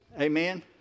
Amen